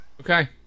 okay